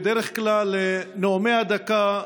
בדרך כלל נאומי הדקה,